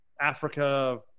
Africa